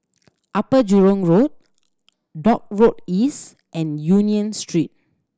Upper Jurong Road Dock Road East and Union Street